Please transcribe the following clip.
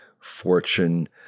Fortune